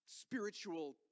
spiritual